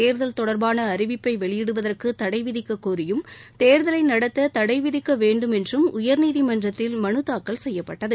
தேர்தல் தொடர்பான அறிவிப்பை வெளியிடுவதற்கு தடை விதிக்கக்கோரியும் தேர்தலை நடத்த தடை விதிக்க வேண்டும் என்றும் உயர்நீதிமன்றத்தில் மனு தாக்கல் செய்யப்பட்டது